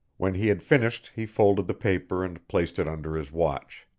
when he had finished he folded the paper and placed it under his watch.